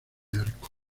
arco